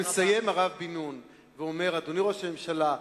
מסיים הרב בן-נון ואומר: אדוני ראש הממשלה,